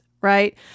Right